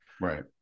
Right